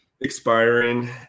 expiring